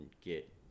get